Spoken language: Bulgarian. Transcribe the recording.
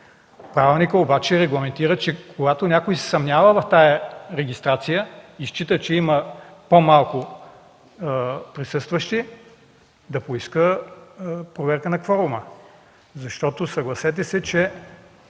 Правилникът обаче регламентира, че когато някой се съмнява в тази регистрация и счита, че има по-малко присъстващи, може да поиска проверка на кворума. Съгласете се, че